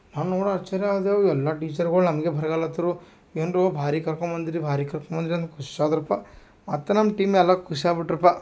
ಹಾಂಗೆ ನೋಡಿ ಆಶ್ಚರ್ಯ ಆದೇವ್ ಎಲ್ಲ ಟೀಚರ್ಗಳ್ ನಮಗೆ ಬರಗಾಲ್ ಹತ್ತಿರ್ರು ಏನ್ರೋ ಭಾರಿ ಕರ್ಕೊಂಡು ಬಂದಿರ್ರಿ ಭಾರಿ ಕರ್ಕೊಂಡು ಬಂದಿರಿ ಅಂತ ಖುಷ್ ಆದರಪ್ಪ ಮತ್ತು ನಮ್ಮ ಟೀಮ್ ಎಲ್ಲ ಖುಷ್ ಆಗಿಬಿಟ್ರಪ್ಪ